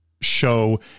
show